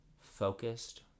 focused